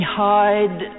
hide